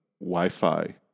Wi-Fi